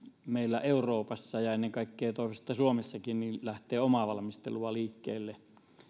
meillä euroopassa ja ennen kaikkea suomessakin toivoisi lähtee omaa valmistelua liikkeelle